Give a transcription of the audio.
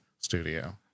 studio